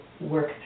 work